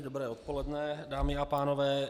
Dobré odpoledne, dámy a pánové.